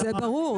זה ברור.